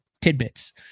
tidbits